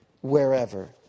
Wherever